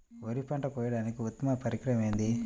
వరి పంట కోయడానికి ఉత్తమ పరికరం ఏది?